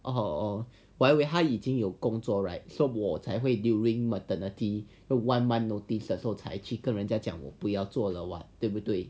or 我以为他已经有工作 right so 我才会 during maternity a one month notice 的时候才跟人家讲我不要做了对不对